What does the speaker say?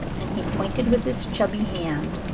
and he pointed with his chubby hand.